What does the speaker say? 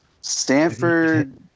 Stanford